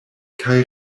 kaj